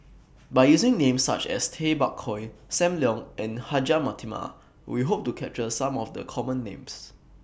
By using Names such as Tay Bak Koi SAM Leong and Hajjah Fatimah We Hope to capture Some of The Common Names